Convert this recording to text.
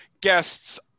guests